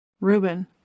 Reuben